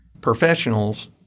professionals